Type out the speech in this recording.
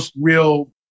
real